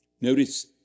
Notice